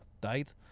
died